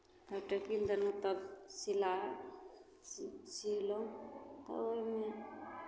तब टेपिंग देलहुँ तब सिलाइ सि सीलहुँ तब ओहिमे